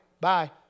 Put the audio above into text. Bye